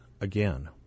again